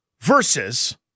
versus